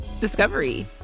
Discovery